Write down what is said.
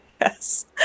Yes